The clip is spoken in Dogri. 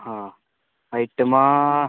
हां आइटमां